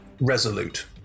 resolute